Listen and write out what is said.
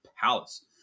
Palace